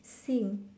sing